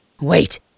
Wait